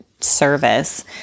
service